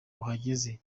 uhagaze